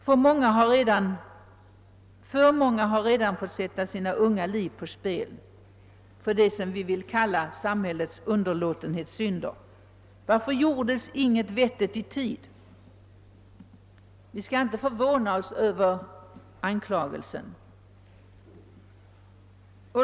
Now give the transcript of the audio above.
För många har redan fått sätta sina unga liv på spel för det som vi vill kalla samhällets underlåtenhetssynder. Varför gjordes inget vettigt Vi skall inte förvåna oss över anklagelsen.